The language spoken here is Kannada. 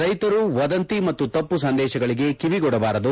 ರೈತರು ವದಂತಿ ಮತ್ತು ತಪ್ಪು ಸಂದೇಶಗಳಿಗೆ ಕಿವಿಕೊಡಬಾರದು